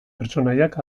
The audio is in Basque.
pertsonaiak